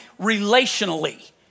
relationally